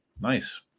Nice